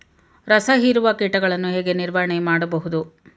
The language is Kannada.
ರಸ ಹೀರುವ ಕೀಟಗಳನ್ನು ಹೇಗೆ ನಿರ್ವಹಣೆ ಮಾಡಬಹುದು?